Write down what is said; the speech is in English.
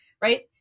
right